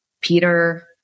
Peter